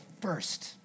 first